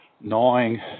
gnawing